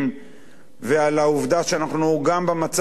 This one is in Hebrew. ועל העובדה שאנחנו, גם במצב הנוכחי,